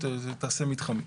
תעשה מתחמי,